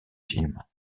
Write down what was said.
films